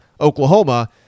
Oklahoma